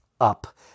up